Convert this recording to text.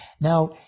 Now